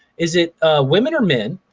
is it women or men?